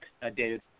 David